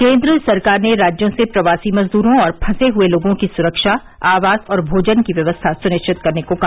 केन्द्र सरकार ने राज्यों से प्रवासी मजदूरों और फंसे हुए लोगों की सुरक्षा आवास और भोजन की व्यवस्था सुनिश्चित करने को कहा